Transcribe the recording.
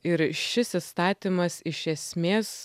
ir šis įstatymas iš esmės